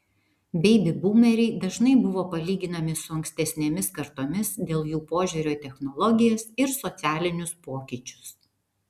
beibi būmeriai dažnai buvo palyginami su ankstesnėmis kartomis dėl jų požiūrio į technologijas ir socialinius pokyčius